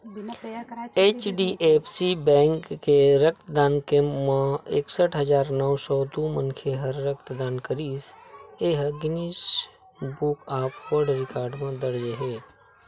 HDFC bank के रक्तदान camp म एकसट हजार नव सौ दू मनखे ह रक्तदान करिस ए ह Guinness book of world record म दर्ज हे